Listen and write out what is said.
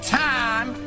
time